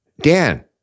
Dan